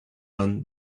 run